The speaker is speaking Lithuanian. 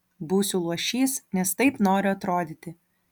būsiu luošys nes taip noriu atrodyti